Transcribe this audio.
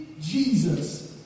Jesus